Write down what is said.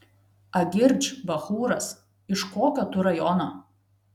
agirdž bachūras iš kokio tu rajono